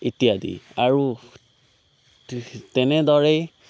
ইত্যাদি আৰু তেনেদৰেই